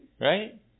Right